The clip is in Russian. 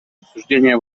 обсуждения